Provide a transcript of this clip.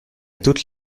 toutes